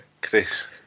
Chris